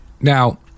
now